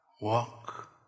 walk